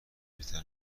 پیرتر